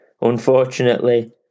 unfortunately